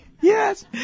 Yes